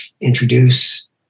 introduce